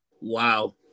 Wow